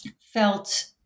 felt